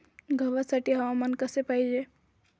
गव्हासाठी हवामान कसे पाहिजे?